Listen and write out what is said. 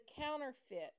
counterfeit